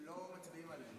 לא מצביעים עליהן,